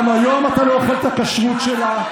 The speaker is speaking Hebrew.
גם היום אתה לא אוכל את הכשרות שלה.